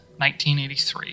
1983